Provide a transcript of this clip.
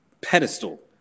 pedestal